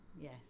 yes